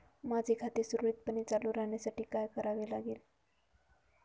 माझे खाते सुरळीतपणे चालू राहण्यासाठी काय करावे लागेल?